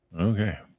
Okay